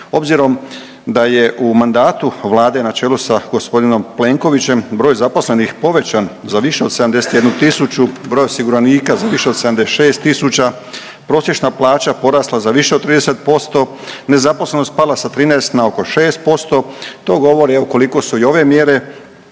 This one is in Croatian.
Obzirom da je u mandatu vlade na čelu sa gospodinom Plenkovićem broj zaposlenih povećan za više od 71.000, broj osiguranika za više od 76.000, prosječna plaća porasla za više od 30%, nezaposlenost pala sa 13 na oko 6% to govori evo koliko su i ove mjere